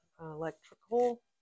electrical